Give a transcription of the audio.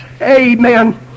Amen